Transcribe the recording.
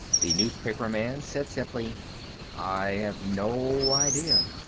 the newspaperman said simply i have no idea.